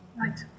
Right